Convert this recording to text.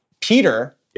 Peter